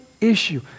issue